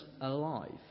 alive